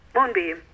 Moonbeam